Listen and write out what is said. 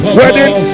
wedding